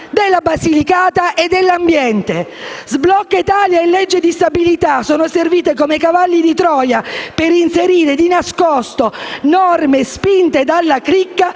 della Basilicata e dell'ambiente. Sblocca Italia e legge di stabilità sono servite come cavalli di Troia per inserire di nascosto norme spinte dalla cricca